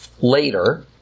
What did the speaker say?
Later